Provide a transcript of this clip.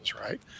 Right